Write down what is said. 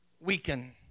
weaken